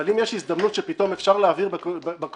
אבל אם יש הזדמנות שפתאום אפשר להעביר בקונסטלציה